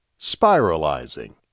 Spiralizing